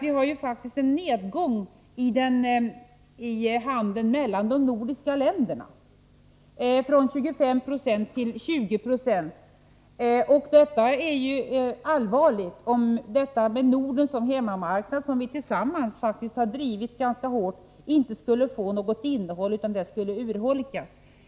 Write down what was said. Vi har ju en nedgång i handeln mellan de nordiska länderna från 25 9o till 20 96. Det är allvarligt, om tanken på Norden som hemmamarknad — som vi tillsammans har drivit ganska hårt — inte skulle få något innehåll utan urholkas.